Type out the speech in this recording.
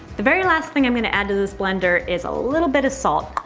the very last thing i'm going to add to this blender is a little bit of salt,